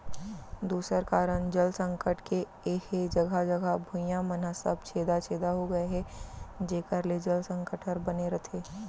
दूसर कारन जल संकट के हे जघा जघा भुइयां मन ह सब छेदा छेदा हो गए हे जेकर ले जल संकट हर बने रथे